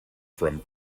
from